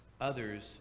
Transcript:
others